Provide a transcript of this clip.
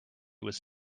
was